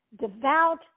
devout